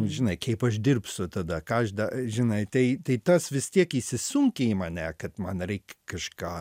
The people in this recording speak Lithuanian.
žinai kaip aš dirbsiu tada ką aš žinai tai tai tas vis tiek įsisunkė į mane kad man reik kažką